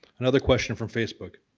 another question from facebook.